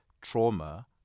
trauma